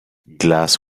glass